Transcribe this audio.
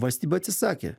valstybė atsisakė